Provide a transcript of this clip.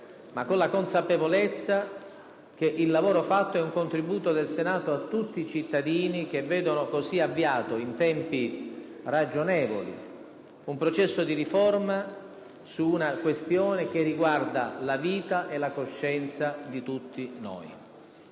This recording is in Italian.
ma con la consapevolezza che il lavoro fatto è un contributo del Senato a tutti i cittadini che vedono così avviato, in tempi ragionevoli, un processo di riforma su una questione che riguarda la vita e la coscienza di tutti noi.